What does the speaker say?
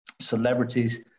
celebrities